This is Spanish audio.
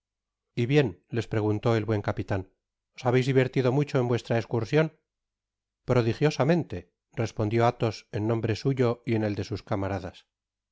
y bien les preguntó el buen capitan os habeis divertido mucho en vuestra escursion prodigiosamente respondió athos en nombre suyo y en el de sus camaradas